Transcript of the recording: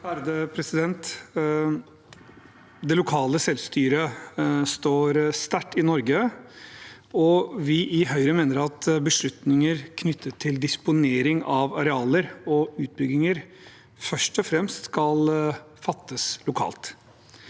(H) Det lokale selv- styret står sterkt i Norge, og vi i Høyre mener at beslutninger knyttet til disponering av arealer og utbygginger først og fremst skal fattes lokalt.